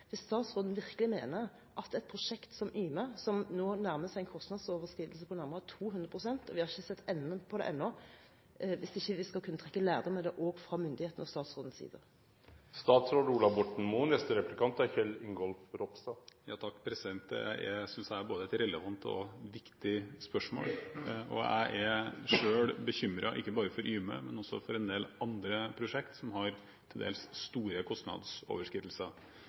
hvis statsråden virkelig mener at vi i et prosjekt som Yme, som nå nærmer seg en kostnadsoverskridelse på nærmere 200 pst., og vi har ennå ikke sett enden på det, ikke skal kunne trekke lærdom av det, også fra myndighetenes og statsrådens side. Jeg synes dette er et både relevant og viktig spørsmål. Jeg er selv bekymret, ikke bare for Yme, men også for en del andre prosjekt som har til dels store kostnadsoverskridelser.